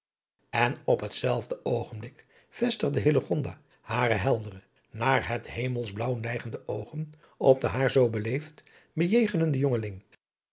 en op hetzelfde oogenblik vestigde hillegonda hare heldere naar het hemelsblaauw neigende oogen op den haar zoo beleefd bejegenenden